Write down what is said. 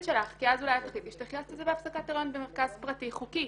שלך כי אז אולי את תחליטי שתלכי לעשות הפסקת הריון במרכז פרטי חוקי.